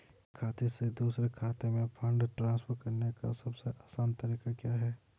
एक खाते से दूसरे खाते में फंड ट्रांसफर करने का सबसे आसान तरीका क्या है?